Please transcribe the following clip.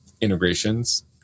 integrations